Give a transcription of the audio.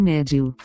Médio